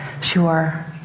Sure